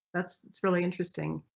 that's that's really interesting.